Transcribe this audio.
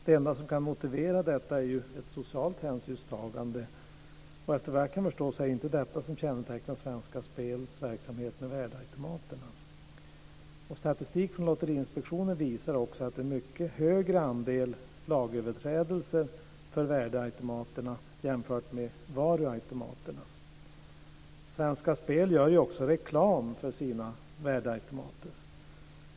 Det enda som kan motivera detta är ju ett socialt hänsynstagande, och efter vad jag kan förstå är det inte detta som kännetecknar Svenska Statistik från Lotteriinspektionen visar också en mycket högre andel lagöverträdelser för värdeautomaterna jämfört med varuautomaterna. Svenska Spel gör också reklam för sina värdeautomater.